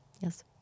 Yes